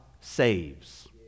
saves